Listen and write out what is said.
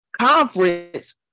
conference